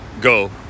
go